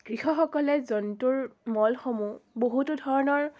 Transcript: কৃষকসকলে জন্তুৰ মলসমূহ বহুতো ধৰণৰ